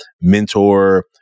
mentor